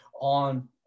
on